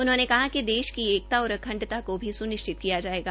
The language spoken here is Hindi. उन्होंने कहा कि देश की एकता और अखंडता की भी सुनिश्चित किया जायेगा